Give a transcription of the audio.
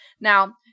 Now